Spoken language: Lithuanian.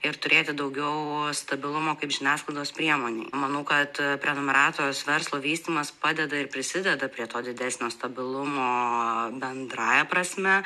ir turėti daugiau stabilumo kaip žiniasklaidos priemonei manau kad prenumeratos verslo vystymas padeda ir prisideda prie to didesnio stabilumo bendrąja prasme